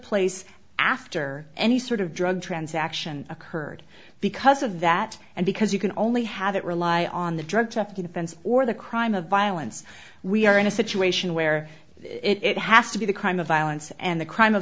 place after any sort of drug transaction occurred because of that and because you can only have it rely on the drug trafficking offense or the crime of violence we are in a situation where it has to be the crime of violence and the crime of